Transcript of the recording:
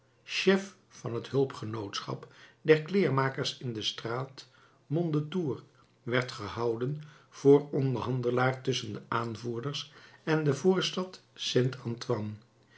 chef van het hulpgenootschap der kleermakers in de straat mondetour werd gehouden voor onderhandelaar tusschen de aanvoerders en de voorstad st antoine